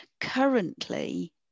currently